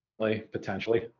potentially